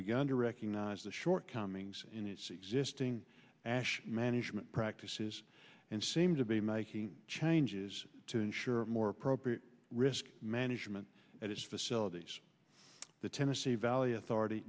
begun to recognize the shortcomings in its existing ash management practices and seem to be making changes to ensure more appropriate risk management at its facilities the tennessee valley authority